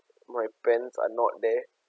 my pants are not there